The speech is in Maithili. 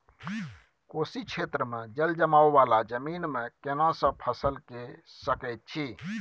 कोशी क्षेत्र मे जलजमाव वाला जमीन मे केना सब फसल के सकय छी?